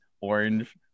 orange